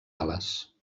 ales